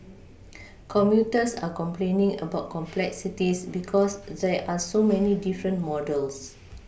commuters are complaining about complexities because there are so many different models